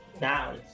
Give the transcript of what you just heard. Now